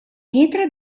pietra